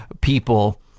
people